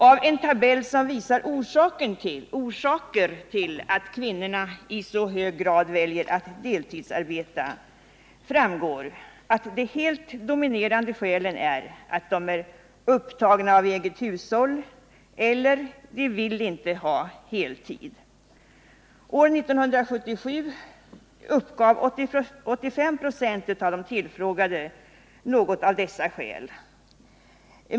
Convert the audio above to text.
Av en tabell som visar orsaker till att kvinnorna i så hög grad väljer att deltidsarbeta framgår att de helt dominerande skälen är att de är upptagna av eget hushåll eller att de inte vill ha heltid. År 1977 uppgav 85 96 av de tillfrågade något av dessa skäl.